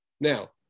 Now